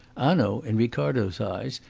hanaud, in ricardo's eyes,